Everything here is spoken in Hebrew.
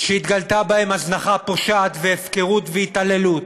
שהתגלתה בהם הזנחה פושעת, הפקרות והתעללות,